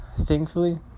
Thankfully